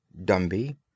DUMBY